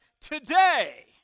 today